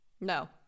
No